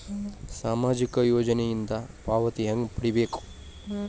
ಸಾಮಾಜಿಕ ಯೋಜನಿಯಿಂದ ಪಾವತಿ ಹೆಂಗ್ ಪಡಿಬೇಕು?